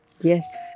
Yes